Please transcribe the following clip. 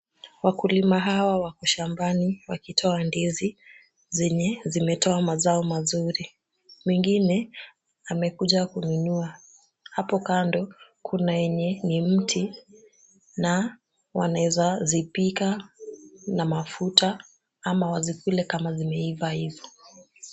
Wakulima hawa wako shambani wakitoa ndizi, zenye zimetoa mazao mazuri. Mwengine amekuja kununua. Hapo kando kuna yenye ni mti na wanaweza zipika na mafuta ama wazikule kama zimeiva hivo.